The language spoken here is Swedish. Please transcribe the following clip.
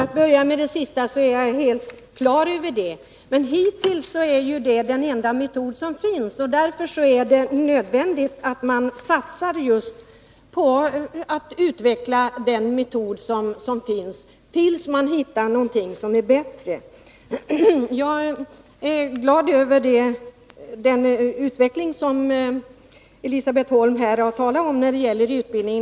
Fru talman! För att börja med det sista så har jag detta helt klart för mig. Men i dag är mammografi den enda metod som finns. Därför är det nödvändigt att satsa just på att utveckla den metoden, tills man hittar någon som är bättre. Jag är glad över den utveckling som Elisabet Holm här har talat om när det gäller utbildningen.